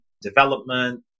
development